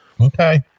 Okay